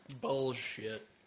Bullshit